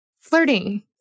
flirting